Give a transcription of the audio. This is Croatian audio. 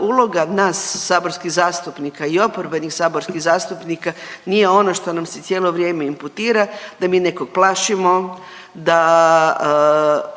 uloga nas saborskih zastupnika i oporbenih saborskih zastupnika nije ono što nam se cijelo vrijeme imputira da mi nekog plašimo, da